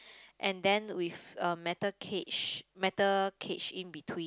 and then with a metal cage metal cage in between